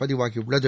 பதிவாகியுள்ளது